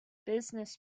business